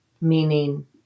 meaning